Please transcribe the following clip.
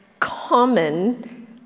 common